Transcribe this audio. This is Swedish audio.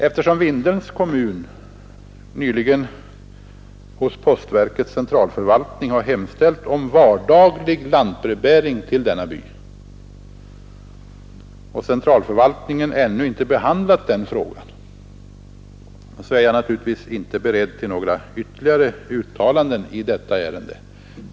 Eftersom Vindelns kommun nyligen hos postverkets centralförvaltning har hemställt om vardaglig lantbrevbäring till denna by och centralförvaltningen ännu inte behandlat den frågan, är jag naturligtvis inte beredd att göra några ytterligare uttalanden i detta ärende.